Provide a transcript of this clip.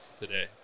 today